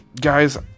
guys